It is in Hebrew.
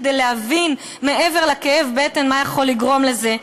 כדי להבין מעבר לכאב בטן מה יכול לגרום לזה,